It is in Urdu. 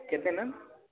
کتنے میم